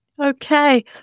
Okay